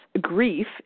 grief